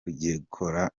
kugikora